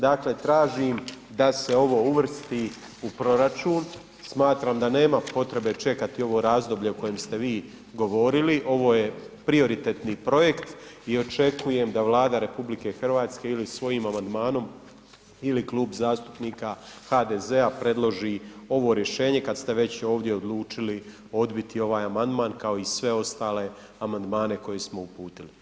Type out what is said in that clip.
Dakle tražim da se ovo uvrsti u proračun, smatram da nema potrebe čekati ovo razdoblje o kojem ste vi govorili, ovo je prioritetni projekt i očekujem da Vlada RH ili svojim amandmanom ili Kluba zastupnika HDZ-a predloži ovo rješenje, kad ste već ovdje odlučili odbiti ovaj amandman kao i sve ostale amandmane koje smo uputili.